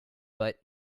but